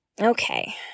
Okay